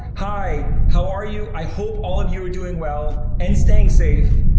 hi, how are you? i hope all of you are doing well and staying safe,